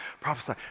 Prophesy